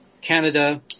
canada